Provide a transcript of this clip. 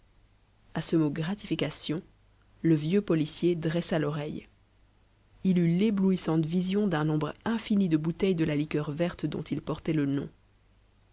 à ce mot gratification le vieux policier dressa l'oreille il eut l'éblouissante vision d'un nombre infini de bouteilles de la liqueur verte dont il portait le nom